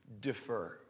defer